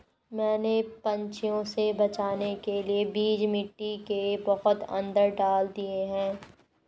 मैंने पंछियों से बचाने के लिए बीज मिट्टी के बहुत अंदर डाल दिए हैं